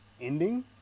ending